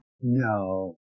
No